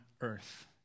earth